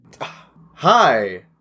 Hi